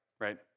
right